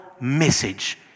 message